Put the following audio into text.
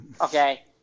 okay